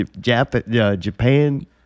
Japan